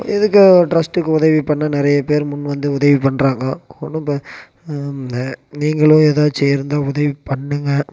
இதுக்கு ட்ரஸ்ட்டுக்கு உதவி பண்ண நிறைய பேர் முன் வந்து உதவி பண்ணுறாங்கோ ஒன்றும் ப நீங்களும் ஏதாச்சும் இருந்தால் உதவி பண்ணுங்கள்